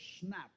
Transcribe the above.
snap